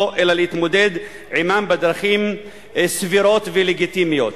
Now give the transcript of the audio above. אלא להתמודד עמם בדרכים סבירות ולגיטימיות.